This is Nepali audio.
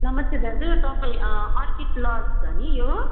नमस्ते दाजी तपाईँ अर्किड लज हो नि यो